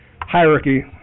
hierarchy